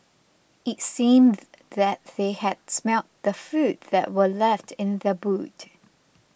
it seemed that they had smelt the food that were left in the boot